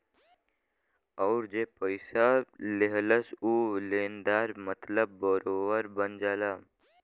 अउर जे पइसा लेहलस ऊ लेनदार मतलब बोरोअर बन जाला